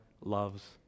loves